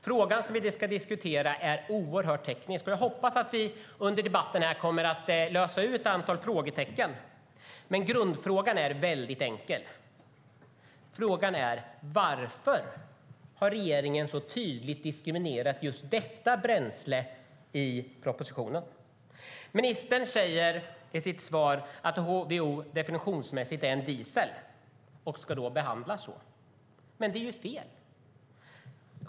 Frågan som vi diskuterar är oerhört teknisk, och jag hoppas att vi kommer att räta ut ett antal frågetecken under debatten. Grundfrågan är dock enkel: Varför har regeringen så tydligt diskriminerat just detta bränsle i propositionen? Ministern säger i sitt svar att HVO definitionsmässigt är diesel och ska behandlas så. Det är dock fel.